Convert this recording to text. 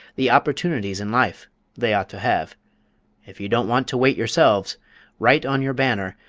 the opportunities in life they ought to have if you don't want to wait yourselves write on your banner,